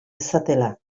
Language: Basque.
dezatela